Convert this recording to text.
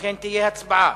ולכן תהיה הצבעה.